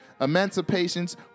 emancipations